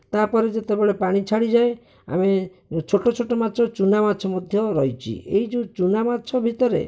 ତାପରେ ଯେତେବେଳେ ପାଣି ଛାଡିଯାଏ ଆମେ ଛୋଟ ଛୋଟ ମାଛ ଚୁନା ମାଛ ମଧ୍ୟ ରହିଛି ଏହି ଯେଉଁ ଚୁନା ମାଛ ଭିତରେ